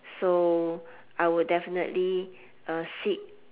so I would definitely uh seek